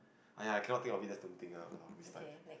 !aiya! cannot think of it just don't think lah !walao! waste time